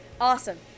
awesome